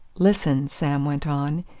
listen, sam went on.